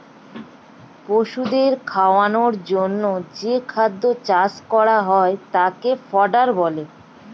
পশুদের খাওয়ানোর জন্যে যেই খাদ্য চাষ করা হয় তাকে ফডার বলে